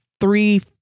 three